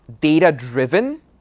data-driven